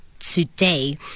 today